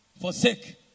forsake